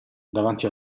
davanti